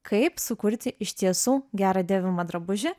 kaip sukurti iš tiesų gerą dėvimą drabužį